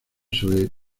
sobre